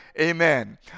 amen